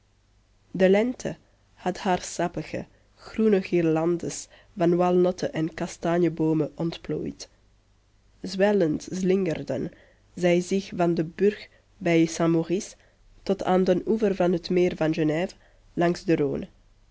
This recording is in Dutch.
de lente had haar sappige groene guirlandes van walnote en kastanjeboomen ontplooid zwellend slingerden zij zich van de brug bij saint maurice tot aan den oever van het meer van genève langs de